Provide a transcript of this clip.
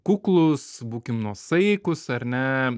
kuklūs būkim nuosaikūs ar ne